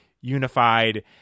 unified